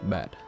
Bad